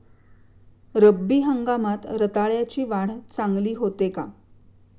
रब्बी हंगामात रताळ्याची वाढ चांगली होते का?